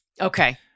Okay